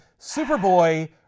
Superboy